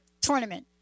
tournament